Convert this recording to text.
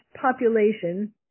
population